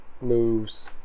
Moves